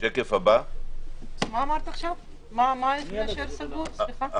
בסוף אני גם אציג את החלוקה שלנו